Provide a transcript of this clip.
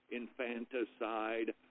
infanticide